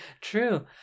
true